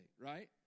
right